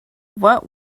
what